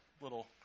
little